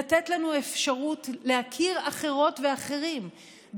לתת לנו אפשרות להכיר אחרות ואחרים,